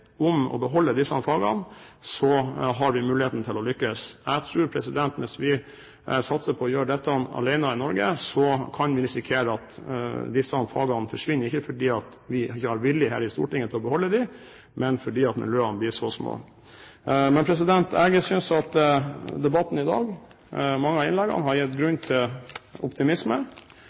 om å beholde disse fagene, har vi muligheten til å lykkes. Jeg tror at hvis vi satser på å gjøre dette alene i Norge, kan vi risikere at disse fagene forsvinner, ikke fordi vi ikke har vilje her i Stortinget til å beholde dem, men fordi miljøene blir så små. Jeg synes at mange av innleggene i debatten i dag har gitt grunn til optimisme,